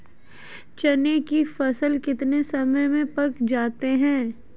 चने की फसल कितने समय में पक जाती है?